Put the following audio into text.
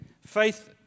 faith